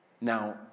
Now